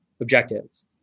objectives